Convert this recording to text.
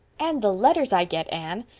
and the letters i get, anne!